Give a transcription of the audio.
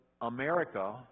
America